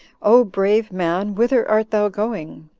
o brave man! whither art thou going?